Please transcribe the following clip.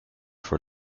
for